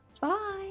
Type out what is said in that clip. Bye